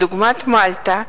דוגמת מלטה,